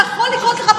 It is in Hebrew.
זה יכול לקרות לך,